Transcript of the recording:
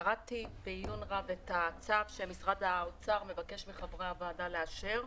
קראתי בעיון רב את הצו שמשרד האוצר מבקש מחברי הוועדה לאשר.